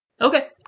Okay